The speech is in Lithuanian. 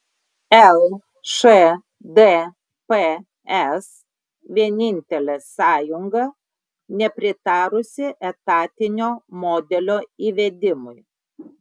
lšdps vienintelė sąjunga nepritarusi etatinio modelio įvedimui